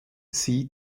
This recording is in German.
sie